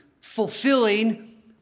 fulfilling